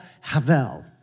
Havel